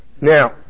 Now